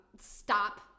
stop